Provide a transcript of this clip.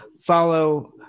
Follow